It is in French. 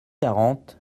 quarante